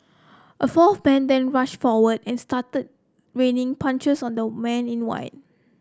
a fourth man then rushed forward and started raining punches on the man in white